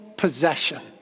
possession